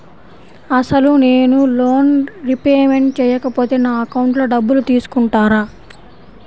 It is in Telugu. అసలు నేనూ లోన్ రిపేమెంట్ చేయకపోతే నా అకౌంట్లో డబ్బులు తీసుకుంటారా?